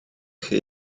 chi